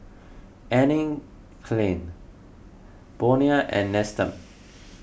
Anne Klein Bonia and Nestum